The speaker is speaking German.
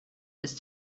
ist